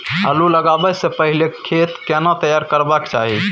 आलू लगाबै स पहिले खेत केना तैयार करबा के चाहय?